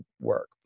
work